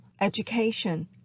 education